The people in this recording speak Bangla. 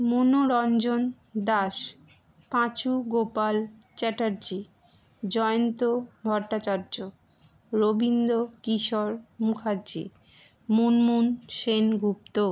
মনোরঞ্জন দাস পাঁচুগোপাল চ্যাটার্জী জয়ন্ত ভট্টাচার্য্য রবীন্দ্র কিশোর মুখার্জী মুনমুন সেনগুপ্ত